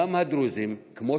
גם הדרוזים מופלים,